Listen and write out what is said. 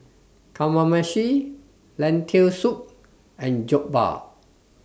Kamameshi Lentil Soup and Jokbal